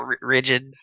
rigid